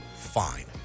Fine